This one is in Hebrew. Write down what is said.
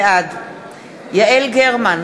בעד יעל גרמן,